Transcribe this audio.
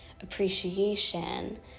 appreciation